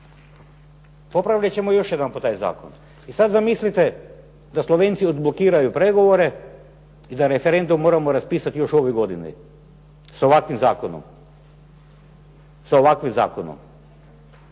Popravljati ćemo još jedanput taj zakon. I sada zamislite da Slovenci odblokiraju pregovore i da referendum moramo raspisati još u ovoj godini sa ovakvim zakonom,